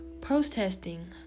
protesting